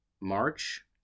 March